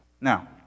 Now